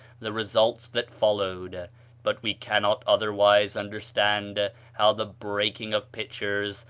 the results that followed but we cannot otherwise understand how the breaking of pitchers,